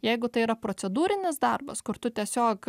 jeigu tai yra procedūrinis darbas kur tu tiesiog